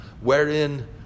wherein